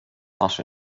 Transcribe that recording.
rasche